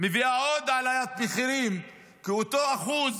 מביאה עוד העלאת מחירים, כי אותו אחוז